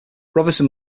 robinson